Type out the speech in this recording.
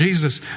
Jesus